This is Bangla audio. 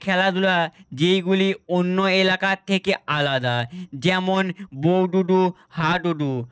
তে খেলাধূলা যেইগুলি অন্য এলাকার থেকে আলাদা যেমন বৌডুডু হাডুডু